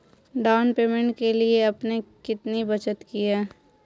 Down payment के लिए आपने कितनी बचत की है?